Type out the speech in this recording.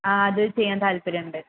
ആ അത് ചെയ്യാൻ താൽപ്പര്യമുണ്ട്